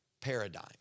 paradigm